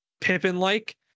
Pippin-like